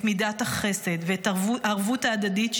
את מידת החסד ואת הערבות ההדדית,